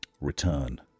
return